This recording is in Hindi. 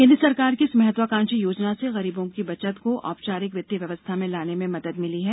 केन्द्र सरकार की इस महत्वाकांक्षी योजना से गरीबों की बचत को औपचारिक वित्तीय व्यवस्था में लाने में मदद मिली है